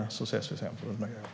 Vi ses på det nya året!